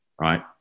right